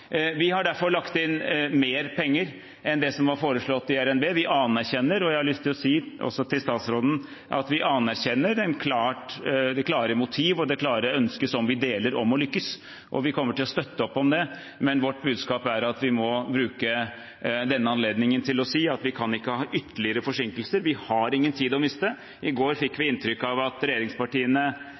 Vi har derfor lagt inn mer penger enn det som var foreslått i RNB. Jeg har lyst til å si – også til statsråden – at vi anerkjenner det klare motivet og det klare ønsket som vi deler, om å lykkes, og vi kommer til å støtte opp om det, men vårt budskap er at vi må bruke denne anledningen til å si at vi ikke kan ha ytterligere forsinkelser. Vi har ingen tid å miste. I går fikk vi inntrykk av at regjeringspartiene